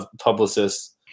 publicists